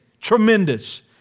tremendous